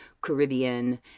Caribbean